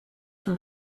from